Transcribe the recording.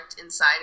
inside